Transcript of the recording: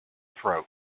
throat